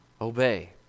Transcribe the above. obey